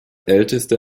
älteste